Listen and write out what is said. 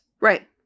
Right